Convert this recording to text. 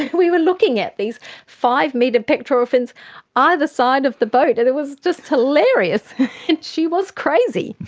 we were looking at these five-metre pectoral fins either side of the boat, and it was just hilarious, and she was crazy!